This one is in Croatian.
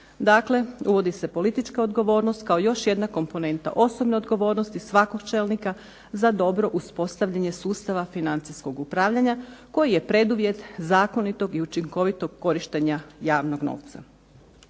Dakle, uvodi se politička odgovornost kao još jedna komponenta osobne odgovornosti svakog čelnika za dobro uspostavljanje sustava financijskog upravljanja koji je preduvjet zakonitog i učinkovitog korištenja javnog novca.